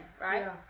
right